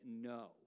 no